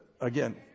again